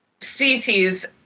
species